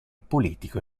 politico